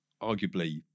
arguably